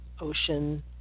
ocean